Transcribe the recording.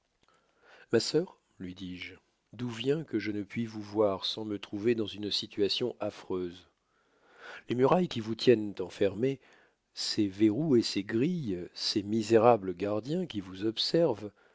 ma sœur lui dis-je d'où vient que je ne puis vous voir sans me trouver dans une situation affreuse les murailles qui vous tiennent enfermée ces verrous et ces grilles ces misérables gardiens qui vous observent